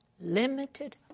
limited